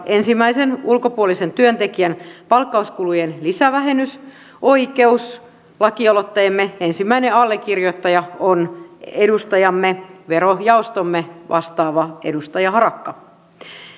ensimmäisen ulkopuolisen työntekijän palkkauskulujen lisävähennysoikeus lakialoitteemme ensimmäinen allekirjoittaja on verojaoston vastaava edustajamme harakka ja